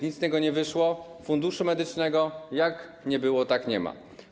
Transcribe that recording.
Nic z tego nie wyszło: funduszu medycznego jak nie było, tak nie ma.